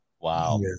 Wow